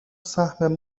سهم